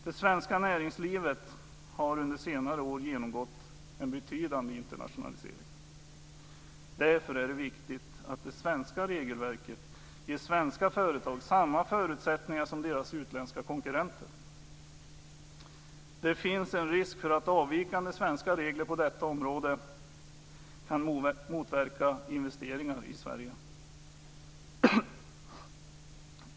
Det svenska näringslivet har under senare år genomgått en betydande internationalisering. Därför är det viktigt att det svenska regelverket ger svenska företag samma förutsättningar som deras utländska konkurrenter har. Det finns en risk för att avvikande svenska regler på detta område kan motverka investeringar i Sverige.